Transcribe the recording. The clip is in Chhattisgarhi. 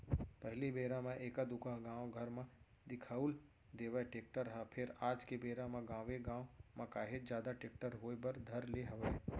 पहिली बेरा म एका दूका गाँव घर म दिखउल देवय टेक्टर ह फेर आज के बेरा म गाँवे गाँव म काहेच जादा टेक्टर होय बर धर ले हवय